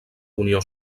unió